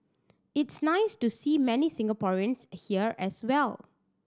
it's nice to see many Singaporeans here as well